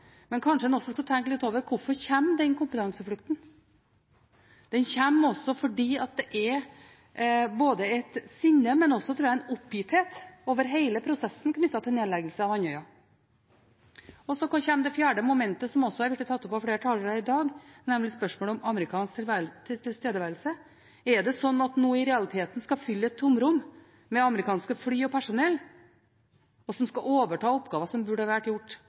Men kanskje en også skal tenke litt over hvorfor den kompetanseflukten kommer. Den kommer fordi det er et sinne, men også, tror jeg, en oppgitthet over hele prosessen knyttet til nedleggelse av Andøya. Så kommer det fjerde momentet, som også har blitt tatt opp av flere talere i dag, nemlig spørsmålet om amerikansk tilstedeværelse. Er det slik at en nå i realiteten skal fylle et tomrom med amerikanske fly og personell, som skal overta oppgaver som burde vært gjort